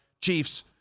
Chiefs